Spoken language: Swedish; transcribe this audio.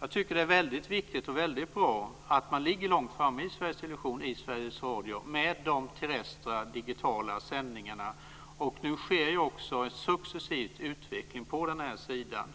Jag tycker att det är väldigt viktigt och bra att man ligger långt framme i Sveriges Television och Sveriges Radio med de terrestra digitala sändningarna. Nu sker ju också en successiv utveckling på den här sidan.